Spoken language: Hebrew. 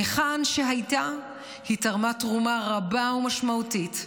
היכן שהייתה היא תרמה תרומה רבה ומשמעותית,